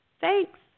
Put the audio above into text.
Thanks